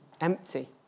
empty